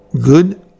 good